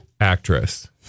actress